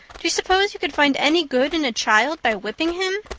do you suppose you could find any good in a child by whipping him?